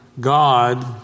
God